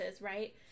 right